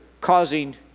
causing